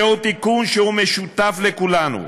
זהו תיקון שהוא משותף לכולנו,